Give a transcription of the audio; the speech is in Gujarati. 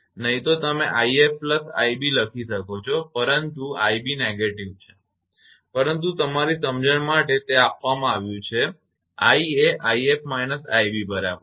નહીં તો તમે 𝑖𝑓 𝑖𝑏 લખી શકો છો પરંતુ 𝑖𝑏 negative છે પરંતુ તમારી સમજણ માટે તે આપવામાં આવ્યું છે i એ 𝑖𝑓 − 𝑖𝑏 બરાબર છે